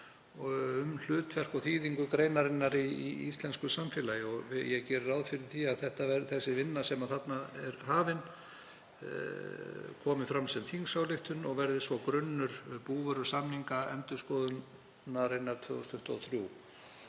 um hlutverk og þýðingu greinarinnar í íslensku samfélagi. Ég geri ráð fyrir því að sú vinna sem þar er hafin komi fram sem þingsályktunartillaga og verði svo grunnur búvörusamningaendurskoðunarinnar 2023.